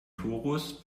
torus